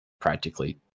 practically